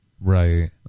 Right